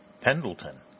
Pendleton